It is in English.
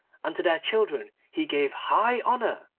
and to their children he gave high honour.